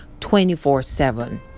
24-7